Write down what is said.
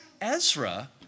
Ezra